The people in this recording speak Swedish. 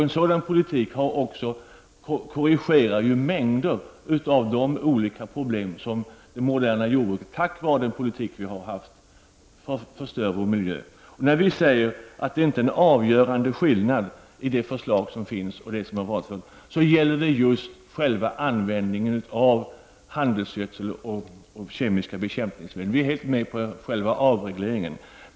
En sådan politik som vi föreslår korrigerar mängder av de olika problem i det moderna jordbruket som förstör vår miljö, till följd av den politik vi har haft. När vi säger att det inte är någon avgörande skillnad mellan det aktuella förslaget och den tidigare politiken, gäller det just själva användningen av handelsgödsel och kemiska bekämpningsmedel. Vi är helt och hållet med på själva avregleringen.